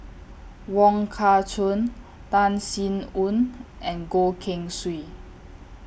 Wong Kah Chun Tan Sin Aun and Goh Keng Swee